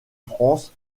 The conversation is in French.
france